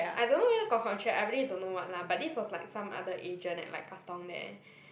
I don't know whether got contract I really don't know what lah but this was like some other agent at like Katong there